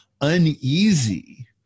uneasy